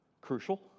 crucial